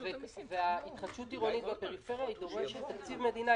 התחדשות עירונית בפריפריה דורשת תקציב מדינה,